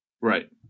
Right